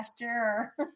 sure